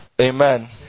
Amen